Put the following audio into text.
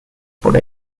por